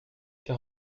car